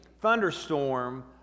thunderstorm